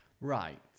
Right